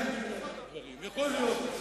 יכול להיות.